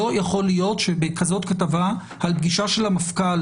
לא יכול להיות שבכתבה כזאת על פגישה של המפכ"ל